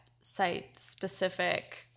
site-specific